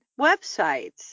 websites